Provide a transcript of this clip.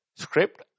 Script